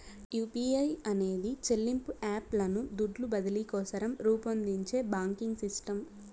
UPI అనేది చెల్లింపు app లను దుడ్లు బదిలీ కోసరం రూపొందించే బాంకింగ్ సిస్టమ్